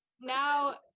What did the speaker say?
now